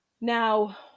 Now